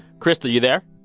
krista, you there?